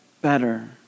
better